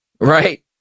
right